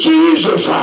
Jesus